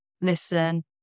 listen